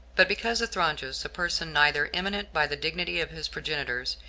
but because athronges, a person neither eminent by the dignity of his progenitors,